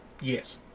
Yes